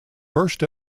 first